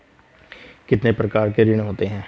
कितने प्रकार के ऋण होते हैं?